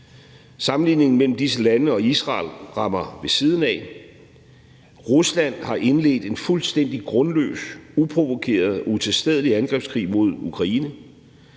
Sammenligningen mellem disse lande og Israel rammer ved siden af. Rusland har indledt en fuldstændig grundløs, uprovokeret og utilstedelig angrebskrig mod Ukraine.